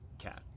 cat